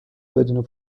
بدون